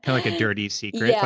like a dirty secret. yeah